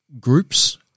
groups